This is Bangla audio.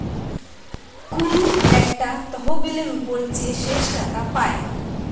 কুনু একটা তহবিলের উপর যে শেষ টাকা পায়